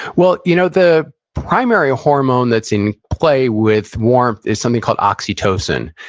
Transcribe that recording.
well, you know the primary hormone that's in play with warm is something called oxytocin.